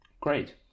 Great